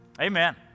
Amen